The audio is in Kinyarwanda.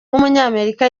w’umunyamerika